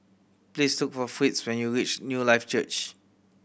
please look for Fritz when you reach Newlife Church